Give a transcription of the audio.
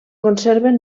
conserven